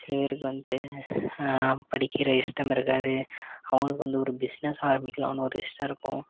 சில பேருக்கு வந்து படிக்கிற இஷ்டம் இருக்காது அவங்களுக்கு வந்து ஒரு பிஸ்னெஸ் ஆரமிக்கிலான்னு ஒரு இஷ்டம் இருக்கும்